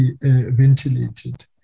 ventilated